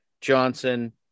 Johnson